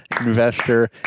investor